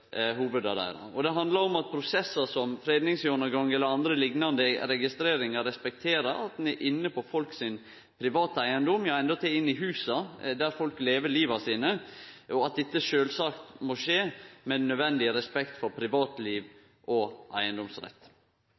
og ikkje blir trykte nedover hovuda deira. Det handlar om at prosessar som fredingsgjennomgang eller andre liknande registreringar respekterer at ein er inne på folk sin private eigedom – ja endåtil inni husa der folk lever liva sine – og at dette sjølvsagt må skje med den nødvendige respekt for privatliv og eigedomsrett.